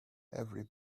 every